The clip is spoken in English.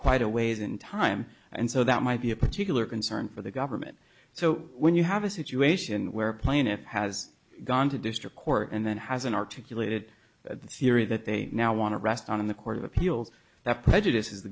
quite a ways in time and so that might be a particular concern for the government so when you have a situation where a plaintiff has gone to district court and then has an articulated the theory that they now want to rest on in the court of appeals that prejudice is the